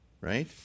right